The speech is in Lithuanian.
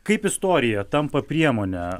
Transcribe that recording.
kaip istorija tampa priemone